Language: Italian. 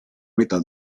metà